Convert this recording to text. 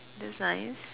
that's nice